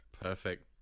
perfect